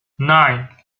nine